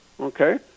Okay